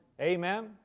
Amen